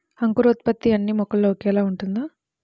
అంకురోత్పత్తి అన్నీ మొక్కలో ఒకేలా ఉంటుందా?